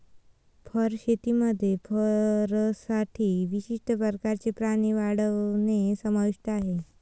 fur शेतीमध्ये फरसाठी विशिष्ट प्रकारचे प्राणी वाढवणे समाविष्ट आहे